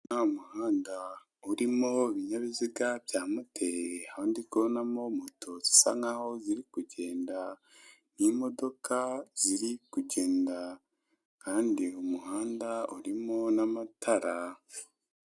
Umuhanda urimo ibinyabiziga bya moteri aho ndi kubonamo moto zisa nkaho ziri kugenda, imodoka ziri kugenda kandi umuhanda urimo n'amatara.